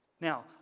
Now